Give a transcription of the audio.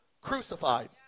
crucified